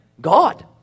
God